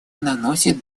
наносят